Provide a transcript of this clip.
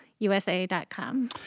USA.com